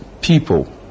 people